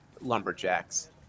lumberjacks